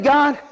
God